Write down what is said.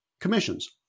commissions